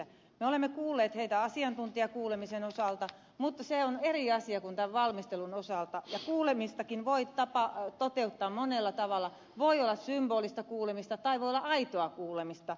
me olemme kuulleet heitä asiantuntijakuulemisen osalta mutta se on eri asia kuin tämän valmistelun osalta ja kuulemistakin voi toteuttaa monella tavalla voi olla symbolista kuulemista tai voi olla aitoa kuulemista